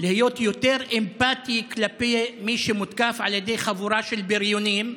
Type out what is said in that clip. להיות יותר אמפתי כלפי מי שמותקף על ידי חבורה של בריונים,